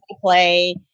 play